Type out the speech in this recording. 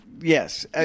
yes